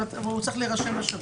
אבל הוא צריך להירשם לשירות.